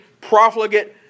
profligate